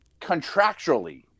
contractually